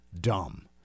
dumb